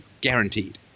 Guaranteed